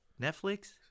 Netflix